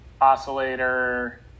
Oscillator